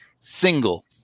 single